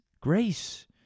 Grace